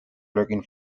lurking